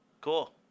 Cool